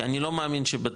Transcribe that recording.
כי אני לא מאמין שבתור,